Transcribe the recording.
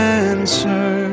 answer